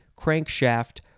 crankshaft